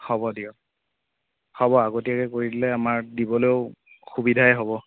হ'ব দিয়ক হ'ব আগতীয়াকৈ কৰি দিলে আমাৰ দিবলৈয়ো সুবিধাই হ'ব